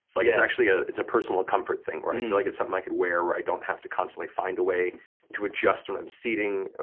like it's actually, ah it's a personal comfort thing where i feel mean like it's something i could wear where i don't have to constantly find a way to adjust when i'm seating,